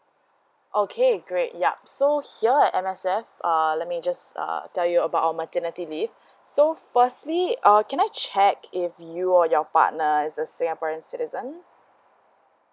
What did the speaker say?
okay great yup so here M_S_F err let me just uh tell you about our maternity leave so firstly uh can I check with you or your partner is a singaporean citizens